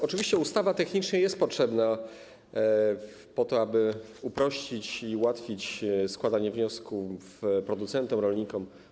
Oczywiście ustawa technicznie jest potrzebna po to, aby uprościć i ułatwić składanie wniosków producentom, rolnikom.